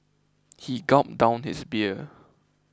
he gulped down his beer